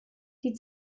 die